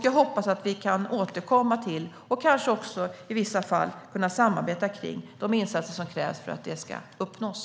Jag hoppas att vi kan återkomma till, och att vi kanske i vissa fall kan samarbeta kring, de insatser som krävs för att detta ska uppnås.